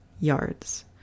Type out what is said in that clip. yards